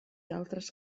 altres